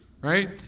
right